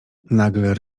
nagle